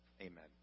Amen